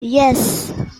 yes